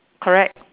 correct